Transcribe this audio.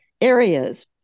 areas